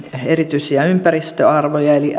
erityisiä ympäristöarvoja eli